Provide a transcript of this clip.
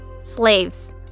Slaves